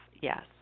Yes